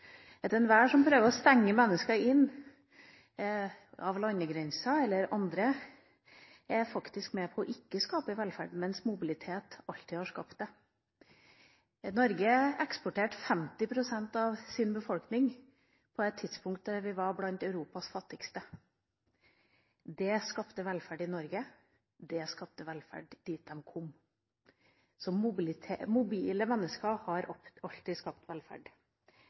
Enhver som prøver å stenge mennesker inne bak landegrenser eller annet, er faktisk ikke med på å skape velferd, mens mobilitet alltid har skapt det. Norge eksporterte 50 pst. av sin befolkning på et tidspunkt da vi var blant Europas fattigste. Det skapte velferd i Norge, det skapte velferd der de kom. Så mobile mennesker har alltid skapt velferd.